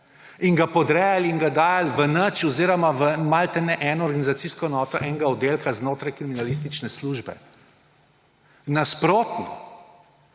in ga podrejali in ga dajali v nič oziroma v maltene eno organizacijsko enoto enega oddelka znotraj kriminalistične službe. Nasprotno.